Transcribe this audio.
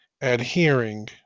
adhering